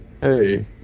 Hey